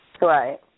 Right